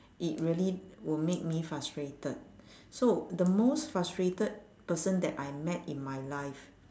it really will make me frustrated so the most frustrated person that I met in my life